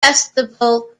festival